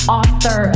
author